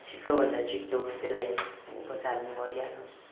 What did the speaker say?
छिटो भन्दा छिटो त्यसलाई बचाइहाल्ने गरिहाल्नुहोस्